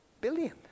billion